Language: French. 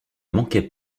manquait